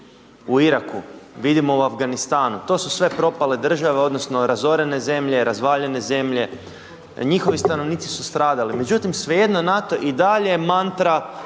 u Iraku, vidimo u Afganistanu. To su sve propale države, odnosno razorene zemlje, razvaljene zemlje. Njihovi stanovnici su stradali. Međutim, svejedno NATO i dalje mantra